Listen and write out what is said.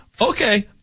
Okay